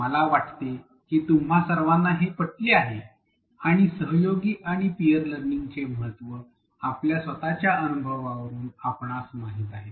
मला वाटते की तुम्हां सर्वांना हे पटले आहे आणि सहयोगी आणि पियर लर्निंगचे महत्त्व आपल्या स्वतःच्या अनुभवावरून आपणास माहित आहे